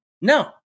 No